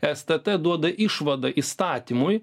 stt duoda išvadą įstatymui